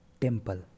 Temple